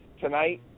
tonight